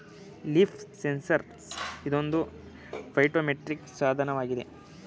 leaf sensor ಇದೊಂದು phytometric ಸಾಧನವಾಗಿದೆ